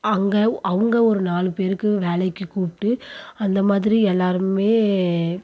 அங்கே அவங்க ஒரு நாலு பேருக்கு வேலைக்கு கூப்பிட்டு அந்த மாதிரி எல்லாருமே